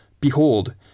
Behold